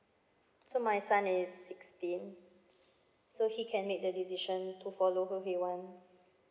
so my son is sixteen so he can make the decision to follow who he wants